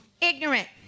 ignorant